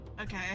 Okay